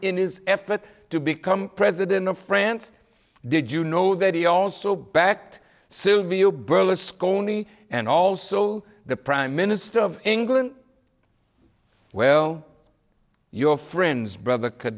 his effort to become president of france did you know that he also backed silvio berlusconi and also the prime minister of england well your friend's brother could